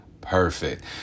Perfect